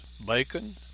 Bacon